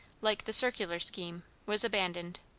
like the circular scheme, was abandoned.